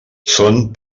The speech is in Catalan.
són